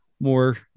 more